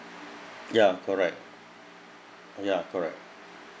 ya correct ya correct